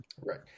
Right